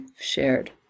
shared